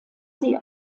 sie